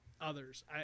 others